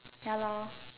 ya lor